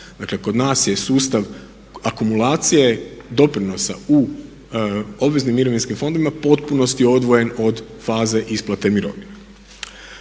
Dakle kod nas je sustav akumulacije, doprinosa u obveznim mirovinskim fondovima u potpunosti odvojen od faze isplate mirovina.